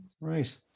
right